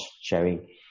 sharing